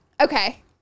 okay